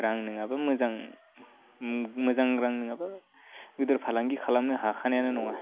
रां नङाबा मोजां मोजां रां नङाबा गिदिर फालांगि खालामनो हाखानायानो नङा